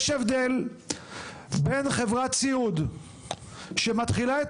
יש הבדל בין חברת סיעוד שמתחילה את